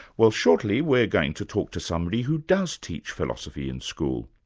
well, shortly we're going to talk to somebody who does teach philosophy in school.